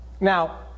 Now